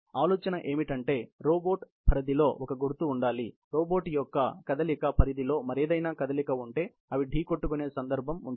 ఆలోచన ఏమిటంటే రోబోట్ పరిధిలో ఒక గుర్తు ఉండాలి రోబోట్ యొక్క కదలిక పరిధిలో మరేదైనా కదలిక ఉంటే అవి ఢీ కొట్టుకొనే సందర్భం ఉంటుంది